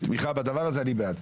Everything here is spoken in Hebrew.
תמיכה לדבר הזה אני בעד.